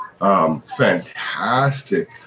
Fantastic